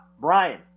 Brian